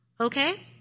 Okay